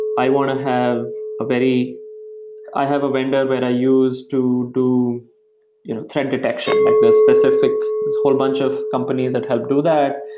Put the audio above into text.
i want to have a very i have a vendor when i used to do you know threat detection, like the specific this whole bunch of companies that help do that.